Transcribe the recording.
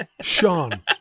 Sean